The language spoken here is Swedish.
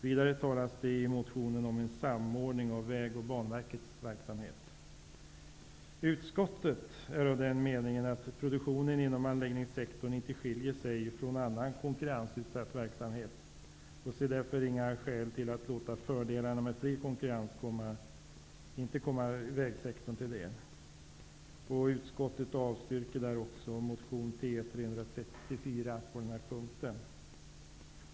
Vidare talas det i motionen om en samordning av Vägverkets och Banverkets verksamheter. Utskottet är av den meningen att produktionen inom anläggningssektorn inte skiljer sig från annan konkurrensutsatt verksamhet och ser därför inga skäl att inte låta fördelarna med fri konkurrens komma vägsektorn till del. Utskottet avstyrker därför motion T334 på den punkten.